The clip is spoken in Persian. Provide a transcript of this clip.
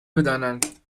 بدانند